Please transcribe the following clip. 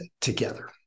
together